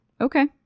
Okay